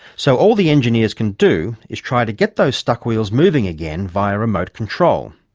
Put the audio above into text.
so all the engineers can do is try to get those stuck wheels moving again via remote control.